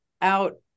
out